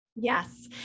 Yes